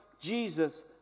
Jesus